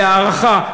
בהערכה,